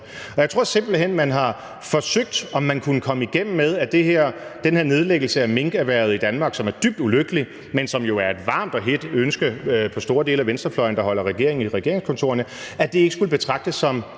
jeg tror simpelt hen, at man har forsøgt, om man kunne komme igennem med, at den her nedlæggelse af minkerhvervet i Danmark, som er dybt ulykkelig – men som jo er et varmt og hedt ønske på store dele af venstrefløjen, der holder regeringen i regeringskontorerne – ikke skulle betragtes som